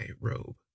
robe